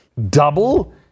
double